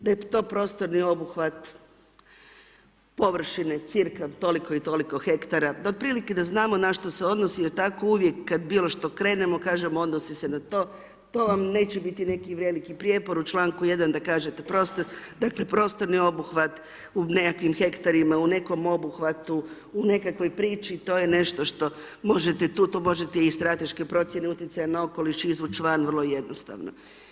Da je to prostorni obuhvat, površine cirka toliko i toliko hektara, da otprilike da znamo na što se odnosi, da tako uvijek, kada bili šta krenemo, kažemo odnosi se na to, to vam neće biti neki veliki prijepor, u čl. 1. da kažete prostor dakle, prostorni obuhvat u nekakvim hektarima u nekom obuhvatu, u nekakvoj priči, to je nešto što možete tu tu možete i strateške procjene utjecaja na okoliš izvući van, vrlo jednostavno.